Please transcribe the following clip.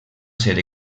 ser